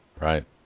Right